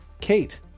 Kate